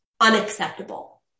unacceptable